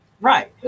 right